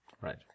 Right